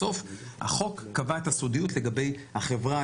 בסוף החוק קבע את הסודיות לגבי החברה,